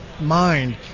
mind